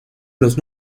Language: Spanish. los